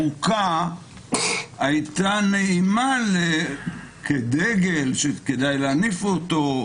חוקה הייתה כדגל שכדאי להניף אותו,